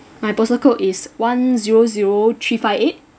my postal code is one zero zero three five eight